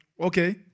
okay